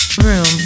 room